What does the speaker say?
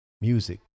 music